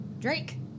Drake